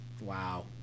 Wow